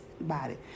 body